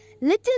Little